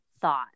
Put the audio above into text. Thought